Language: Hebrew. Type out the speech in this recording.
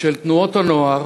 של תנועות הנוער,